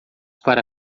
para